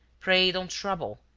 pray don't trouble.